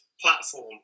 platform